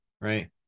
right